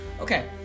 Okay